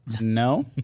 No